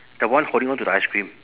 the one holding on to the ice cream